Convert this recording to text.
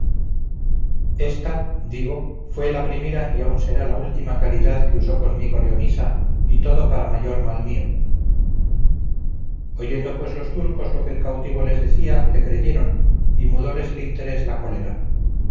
ésta digo fue la primera y aun será la última caridad que usó conmigo leonisa y todo para mayor mal mío oyendo pues los turcos lo que el cautivo les decía le creyeron y mudóles el interés la cólera